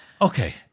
Okay